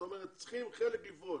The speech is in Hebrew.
זאת אומרת צריכים חלק לפרוש